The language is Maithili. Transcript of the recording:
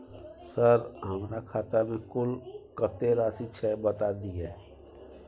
सर हमरा खाता में कुल कत्ते राशि छै बता दिय?